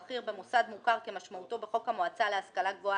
הבכיר במוסד מוכר כמשמעותו בחוק המועצה להשכלה גבוהה,